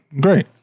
Great